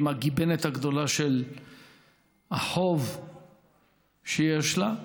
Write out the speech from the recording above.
עם הגיבנת הגדולה של החוב שיש לה.